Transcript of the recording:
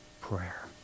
prayer